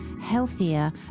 healthier